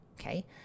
Okay